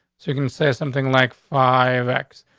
so you can say something like five x,